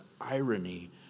irony